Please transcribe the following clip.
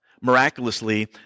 miraculously